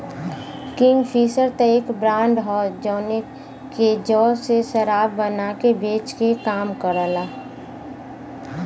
Kingfisher त एक brand हौ जौन की जौ से शराब बना के बेचे क काम करला